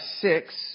six